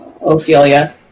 ophelia